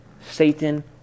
Satan